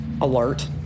alert